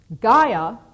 Gaia